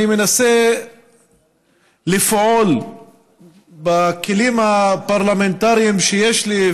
אני מנסה לפעול בכלים הפרלמנטריים שיש לי,